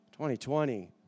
2020